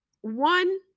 One